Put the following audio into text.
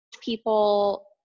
people